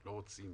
לא רוצים